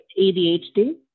ADHD